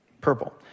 Purple